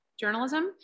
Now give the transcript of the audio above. journalism